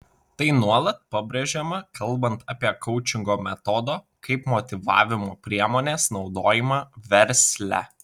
tai nuolat pabrėžiama kalbant apie koučingo metodo kaip motyvavimo priemonės naudojimą versle